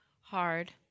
hard